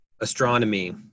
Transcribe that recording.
astronomy